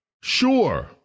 sure